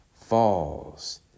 falls